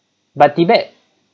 but tibet